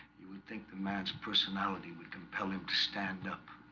you would think the man's personality would compel him to stand up